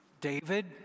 David